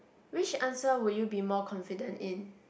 which answer would you be more confident in